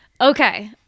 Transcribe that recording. Okay